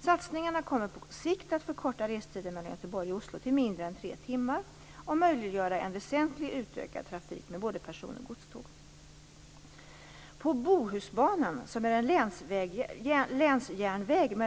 Satsningarna kommer på sikt att förkorta restiden mellan Göteborg och Oslo till mindre än tre timmar och möjliggöra en väsentligt utökad trafik med både person och godståg.